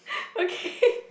okay